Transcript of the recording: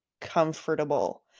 comfortable